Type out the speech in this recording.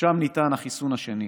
ושם ניתן החיסון השני.